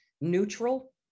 neutral